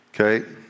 okay